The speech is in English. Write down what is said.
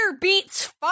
beats